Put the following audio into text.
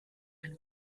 eine